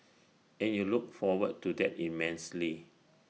and you look forward to that immensely